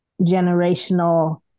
generational